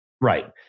Right